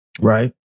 right